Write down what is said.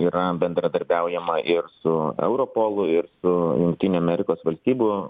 yra bendradarbiaujama ir su europolu ir su jungtinių amerikos valstybų